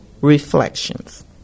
reflections